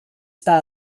sta